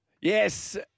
Yes